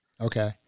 Okay